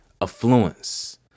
affluence